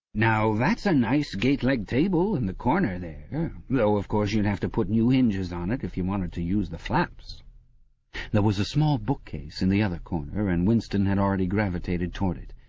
now that's a nice gateleg table in the corner there. though of course you'd have to put new hinges on it if you wanted to use the flaps there was a small bookcase in the other corner, and winston had already gravitated towards it.